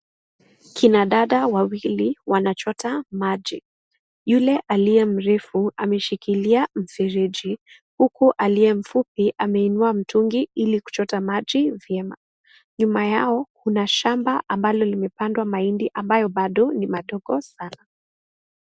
Kina dada wawili wanachota maji. Yule aliye mrefu, ameshikilia mfereji. Huku, aliye mfupi ameinua mtungi ili kuchota maji vyema. Nyuma yao, kuna shamba ambalo limepandwa mahindi ambayo bado ni madogo sana.